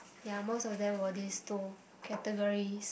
ya most of them were these two categories